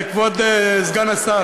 כבוד סגן השר,